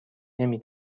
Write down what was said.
نمی